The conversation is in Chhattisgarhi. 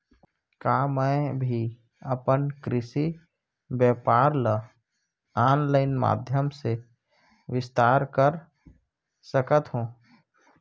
का मैं भी अपन कृषि व्यापार ल ऑनलाइन माधयम से विस्तार कर सकत हो?